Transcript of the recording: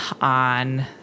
on